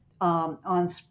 On